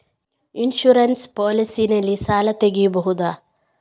Insurance policy ನಲ್ಲಿ ಸಾಲ ತೆಗೆಯಬಹುದ?